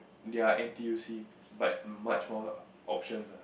their n_t_u_c but much more options lah